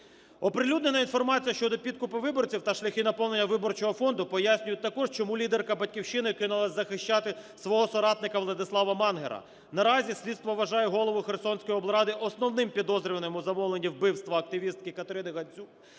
Оприлюднена інформація щодо підкупу виборців та шляхи наповнення виборчого фонду пояснюють також, чому лідерка "Батьківщини" кинулась захищати свого соратника ВладиславаМангера. Наразі слідство вважає голову Херсонської облради основним підозрюваним у замовленні вбивства активістки Катерини Гандзюк.